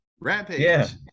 Rampage